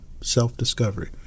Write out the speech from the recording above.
self-discovery